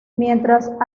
mientras